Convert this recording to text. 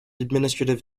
administrative